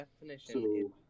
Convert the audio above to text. definition